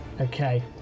Okay